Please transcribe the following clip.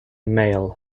male